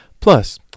Plus